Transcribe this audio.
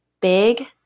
big